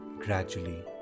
gradually